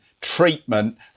treatment